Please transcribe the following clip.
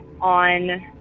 on